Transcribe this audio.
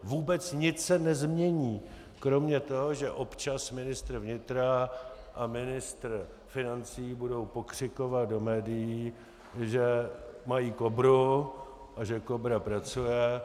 Vůbec nic se nezmění kromě toho, že občas ministr vnitra a ministr financí budou pokřikovat do médií, že mají KOBRU a že KOBRA pracuje.